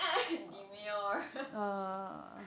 demure